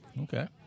Okay